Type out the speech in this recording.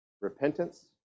repentance